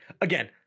again